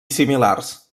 similars